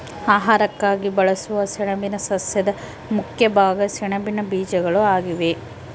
ಆಹಾರಕ್ಕಾಗಿ ಬಳಸುವ ಸೆಣಬಿನ ಸಸ್ಯದ ಮುಖ್ಯ ಭಾಗ ಸೆಣಬಿನ ಬೀಜಗಳು ಆಗಿವೆ